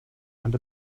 and